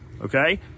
Okay